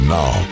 now